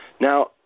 Now